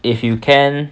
if you can